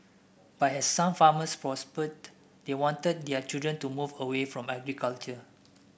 but as some farmers prospered they wanted their children to move away from agriculture